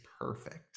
perfect